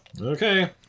okay